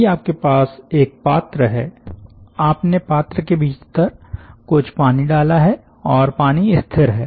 यदि आपके पास एक पात्र है आपने पात्र के भीतर कुछ पानी डाला है और पानी स्थिर है